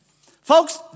Folks